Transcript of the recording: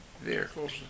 vehicles